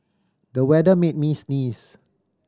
the weather made me sneeze